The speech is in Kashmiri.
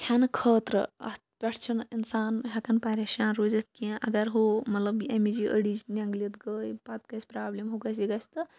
کھٮ۪نہٕ خٲطرٕ اَتھ پٮ۪ٹھ چھِنہٕ اِنسان ہٮ۪کان پریشان روٗزِتھ کینٛہہ اگر ہو مطلب اَمِچ یہِ أڑِچ نٮ۪نٛگلِتھ گٔے پَتہٕ گژھِ پرٛابلِم ہُہ گژھِ یہِ گژھِ تہٕ